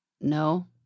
No